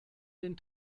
den